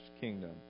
kingdom